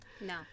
No